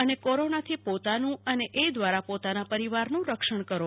અને કોરોનાથી પોતાન્યું અને એ દ્વારા પોતાના પરિવારનું રક્ષણ કરો